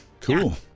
Cool